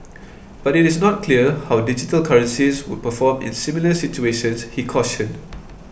but it is not clear how digital currencies would perform in similar situations he cautioned